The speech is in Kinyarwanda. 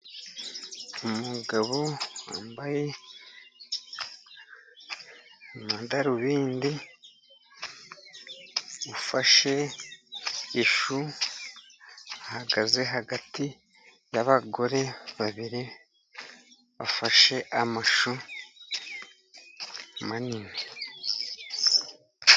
Umugabo wambaye amadarubindi ufashe ifu, ahagaze hagati y'abagore babiri bafashe amashu manini.